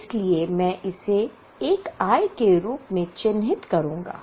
इसलिए मैं इसे एक आय के रूप में चिह्नित करूंगा